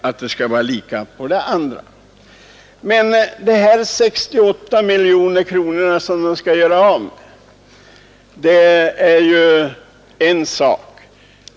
Att denna nämnd gör av med 68 miljoner kronor är en sak.